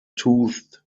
toothed